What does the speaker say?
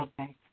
Okay